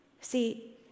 See